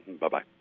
Bye-bye